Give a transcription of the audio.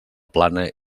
plana